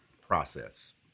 process